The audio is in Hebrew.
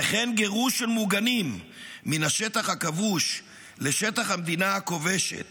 וכן גירוש של מוגנים מן השטח הכבוש לשטח המדינה הכובשת